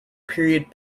period